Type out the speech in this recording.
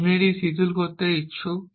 আপনি এটি শিথিল করতে ইচ্ছুক